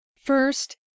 First